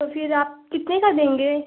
तो फिर आप कितने का देंगे